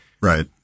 right